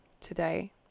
today